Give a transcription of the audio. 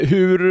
Hur